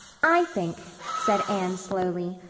i think, said anne slowly,